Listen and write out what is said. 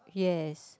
yes